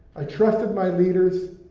i trusted my leaders,